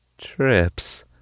Trips